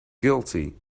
guilty